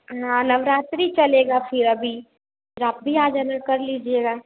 हाँ नवरात्रि चलेगा फिर अभी फिर और आप भी आ जाना कर लीजिएगा